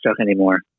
anymore